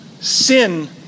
Sin